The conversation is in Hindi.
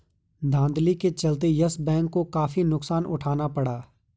धांधली के चलते यस बैंक को काफी नुकसान उठाना पड़ा